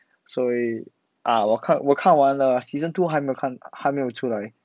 所以 ah 我看我看完了 season two 还没有看还没有出来